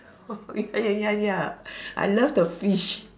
oh ya ya I love the fish